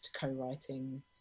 co-writing